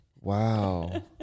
Wow